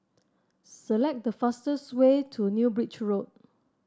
select the fastest way to New Bridge Road